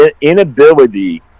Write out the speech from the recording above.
inability